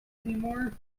anymore